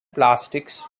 plastics